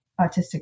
autistic